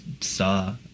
saw